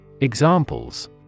Examples